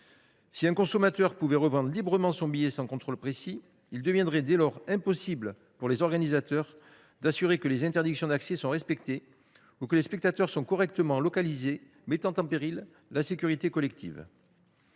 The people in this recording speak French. Si un consommateur pouvait revendre librement son billet sans contrôle précis, il deviendrait dès lors impossible pour les organisateurs d’assurer que les interdictions d’accès sont respectées ou que les spectateurs sont correctement localisés, ce qui mettrait en péril la sécurité collective.